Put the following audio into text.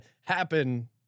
happen